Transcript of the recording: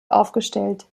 aufgestellt